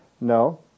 No